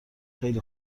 خیلی